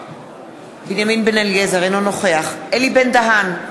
אינו נוכח אלי בן-דהן,